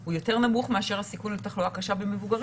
הוא יותר נמוך מאשר הסיכון לתחלואה קשה במבוגרים.